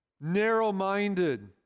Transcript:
Narrow-minded